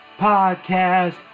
podcast